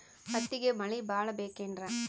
ಹತ್ತಿಗೆ ಮಳಿ ಭಾಳ ಬೇಕೆನ್ರ?